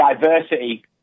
diversity